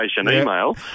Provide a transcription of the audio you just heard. email